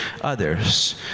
others